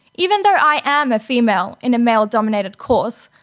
even though i am a female in a male dominated course,